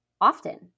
often